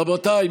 רבותיי,